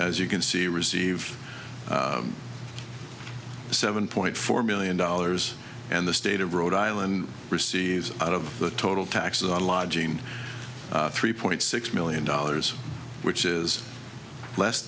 as you can see receive seven point four million dollars and the state of rhode island receives out of the total tax on lodging three point six million dollars which is less